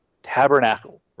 Tabernacle